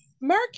Mark